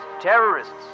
terrorists